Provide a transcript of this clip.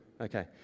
Okay